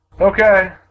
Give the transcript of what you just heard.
Okay